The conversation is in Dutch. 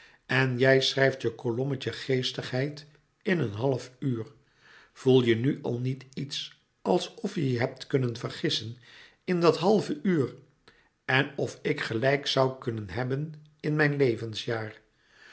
en jij schrijft je kolommetje geestigheid in een half uur voel je nu al niet iets alsof je je hebt kunnen vergissen in dat halve uur en of ik gelijk zoû kunnen hebben in mijn